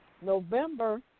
November